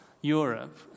Europe